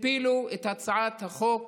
הפילו את הצעת החוק